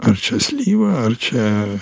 ar čia slyva ar čia